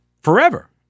Forever